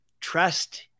trust